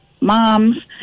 moms